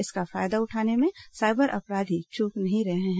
इसका फायदा उठाने में साइबर अपराधी चूक नहीं रहे हैं